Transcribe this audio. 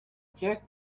check